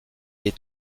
est